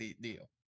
deal